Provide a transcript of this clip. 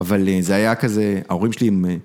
‫אבל זה היה כזה... ‫ההורים שלי הם...